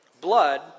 blood